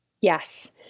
Yes